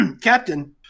captain